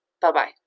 Bye-bye